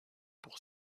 pour